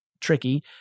tricky